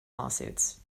lawsuits